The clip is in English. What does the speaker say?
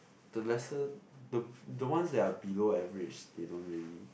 the lesser the the ones that are below average they don't really